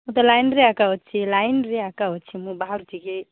ମୁଁ ତ ଲାଇନ୍ରେ ଏକା ଅଛି ଲାଇନ୍ରେଏକା ଅଛି ମୁଁ ବାହାରୁଛିକି